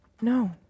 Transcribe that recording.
no